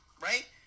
right